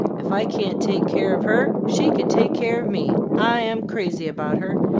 if i can't take care of her, she can take care of me. i am crazy about her,